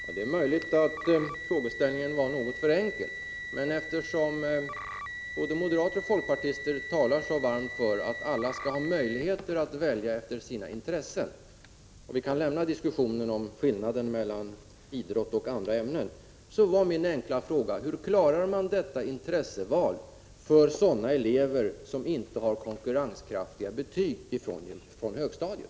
Fru talman! Det är möjligt att frågeställningen var något för enkel. Eftersom både moderater och folkpartister talar så varmt för att alla skall ha möjlighet att välja efter sina intressen — vi kan lämna diskussionen om skillnaden mellan idrott och andra ämnen — var min enkla fråga: Hur klarar man detta intresseval för sådana elever som inte har konkurrenskraftiga betyg från högstadiet?